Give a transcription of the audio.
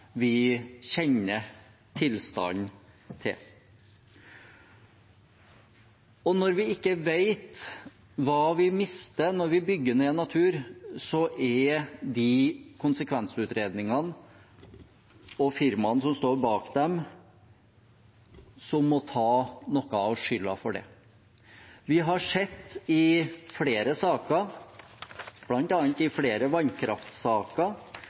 vi kjenner tilstanden til. Og når vi ikke vet hva vi mister når vi bygger ned natur, er det de konsekvensutredningene og firmaene som står bak dem, som må ta noe av skylden for det. Vi har sett i flere saker, bl.a. i flere vannkraftsaker,